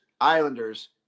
Islanders